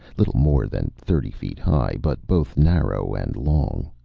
little more than thirty feet high, but both narrow and long.